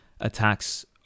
attacks